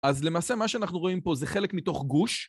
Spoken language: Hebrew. אז למעשה מה שאנחנו רואים פה זה חלק מתוך גוש